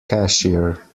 cashier